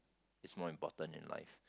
is more important in life